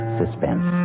suspense